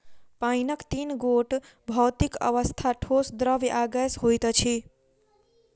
पाइनक तीन गोट भौतिक अवस्था, ठोस, द्रव्य आ गैस होइत अछि